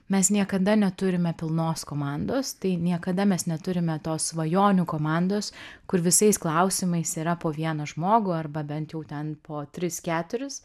mes niekada neturime pilnos komandos tai niekada mes neturime tos svajonių komandos kur visais klausimais yra po vieną žmogų arba bent jau ten po tris keturis